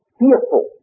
fearful